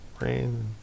rain